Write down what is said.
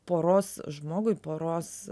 poros žmogui poros